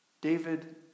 David